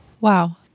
Wow